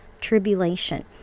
tribulation